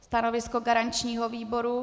Stanovisko garančního výboru?